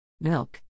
Milk